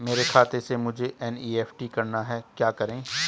मेरे खाते से मुझे एन.ई.एफ.टी करना है क्या करें?